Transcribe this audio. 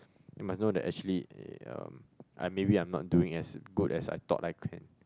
you must know that actually eh um I maybe I'm not doing as good as I thought that I can